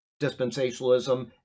Dispensationalism